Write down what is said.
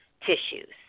tissues